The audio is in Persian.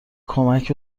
کمک